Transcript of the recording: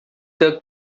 the